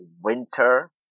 winter